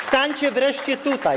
Stańcie wreszcie tutaj.